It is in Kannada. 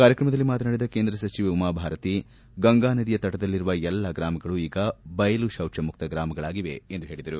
ಕಾರ್ಯಕ್ರಮದಲ್ಲಿ ಮಾತನಾಡಿದ ಕೇಂದ್ರ ಸಚಿವೆ ಉಮಾಭಾರತಿ ಗಂಗಾನದಿಯ ತಟದಲ್ಲಿರುವ ಎಲ್ಲಾ ಗ್ರಾಮಗಳೂ ಈಗ ಬಯಲು ಶೌಚ ಮುಕ್ತ ಗ್ರಾಮಗಳಾಗಿವೆ ಎಂದು ಹೇಳಿದರು